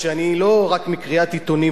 אותך.